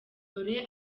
dore